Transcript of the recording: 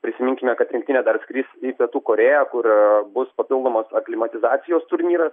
prisiminkime kad rinktinė dar skris į pietų korėją kur bus papildomas aklimatizacijos turnyras